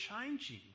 changing